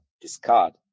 discard